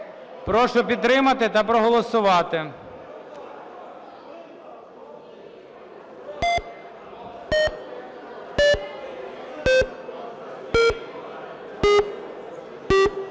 Прошу підтримати та проголосувати.